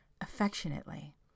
affectionately